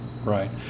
right